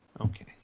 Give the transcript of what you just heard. Okay